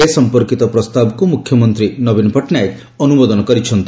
ଏ ସମ୍ପର୍କିତ ପ୍ରସ୍ତାବକୁ ମୁଖ୍ୟମନ୍ତୀ ନବୀନ ପଟ୍ଟନାୟକ ଅନୁମୋଦନ କରିଛନ୍ତି